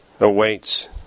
awaits